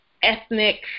ethnic